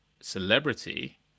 celebrity